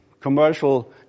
commercial